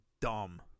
dumb